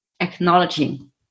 acknowledging